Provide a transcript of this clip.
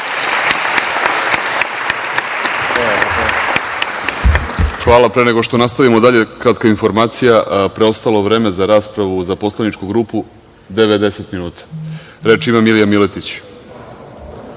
Hvala. Pre no što nastavimo dalje, kratka informacija preostalo vreme za raspravu za poslaničku grupu 90 minuta. Reč ima narodni